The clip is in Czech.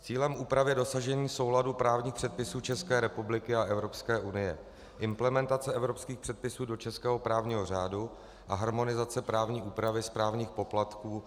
Cílem úpravy dosažení souladu právních předpisů České republiky a Evropské unie, implementace evropských předpisů do českého právního řádu a harmonizace právní úpravy správních poplatků.